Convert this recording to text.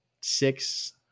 six